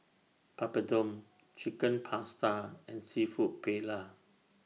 Papadum Chicken Pasta and Seafood Paella